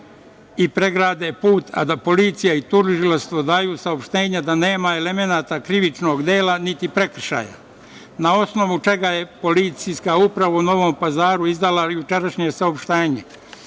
i pregrade put, a da policija i Tužilaštvo daju saopštenje da nema elemenata krivičnog dela, niti prekršaja? Na osnovu čega je Policijska uprava u Novom Pazaru izdala jučerašnje saopštenje?